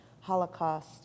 Holocaust